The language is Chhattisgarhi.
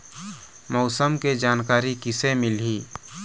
मौसम के जानकारी किसे मिलही?